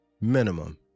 minimum